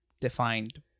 defined